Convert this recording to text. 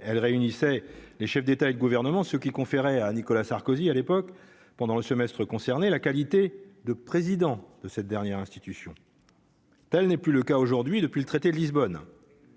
elle réunissait les chefs d'État et de gouvernement ce qui conférait à Nicolas Sarkozy à l'époque, pendant le semestre, la qualité de président de cette dernière institution telle n'est plus le cas aujourd'hui, depuis le traité de Lisbonne,